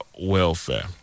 welfare